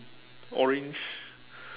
orange